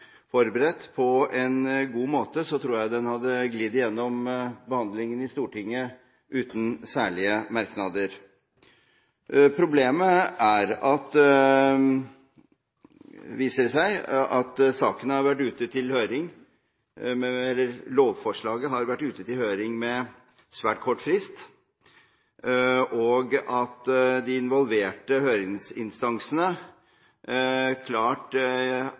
forberedt på en god måte, tror jeg den hadde glidd gjennom behandlingen i Stortinget uten særlige merknader. Problemet er – viser det seg – at lovforslaget har vært ute til høring med svært kort frist, og at de involverte høringsinstansene klart